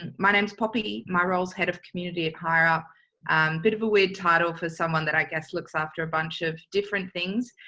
and my name is poppy, my role is head of community of hireup bit of a weird title for someone that i guess looks after a bunch of different things,